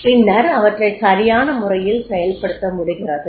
பின்னர் அவற்றை சரியான முறையில் செயல்படுத்த முடிகிறது